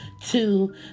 two